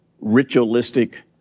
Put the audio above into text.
ritualistic